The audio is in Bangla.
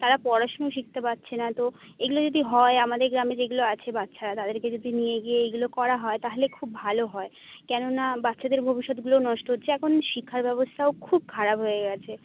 তারা পড়াশোনা শিখতে পাচ্ছে না তো এগুলো যদি হয় আমাদের গ্রামে যেগুলো আছে বাচ্চারা তাদেরকে যদি নিয়ে গিয়ে এইগুলো করা হয় তাহলে খুব ভালো হয় কেন না বাচ্চাদের ভবিষ্যতগুলো নষ্ট হচ্ছে এখন শিক্ষার ব্যবস্থাও খুব খারাপ হয়ে গেছে